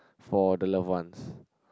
for the love ones